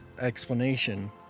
explanation